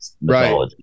Right